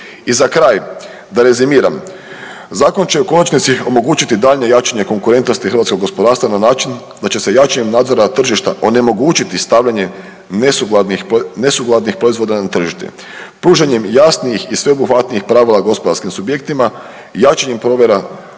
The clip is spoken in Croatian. I za kraj da rezimiram, zakon će u konačnici omogućiti daljnje jačanje konkurentnosti hrvatskog gospodarstva na način da će s jačanjem nadzora tržišta onemogućiti stavljanje nesukladnih proizvoda na tržište. Pružanjem jasnijih i sveobuhvatnijih pravila gospodarskim subjektima, jačanjem provjera